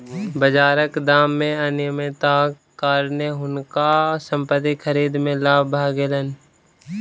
बाजारक दाम मे अनियमितताक कारणेँ हुनका संपत्ति खरीद मे लाभ भ गेलैन